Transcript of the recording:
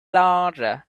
larger